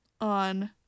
on